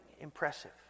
impressive